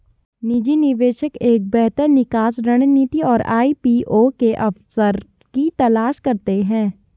निजी निवेशक एक बेहतर निकास रणनीति और आई.पी.ओ के अवसर की तलाश करते हैं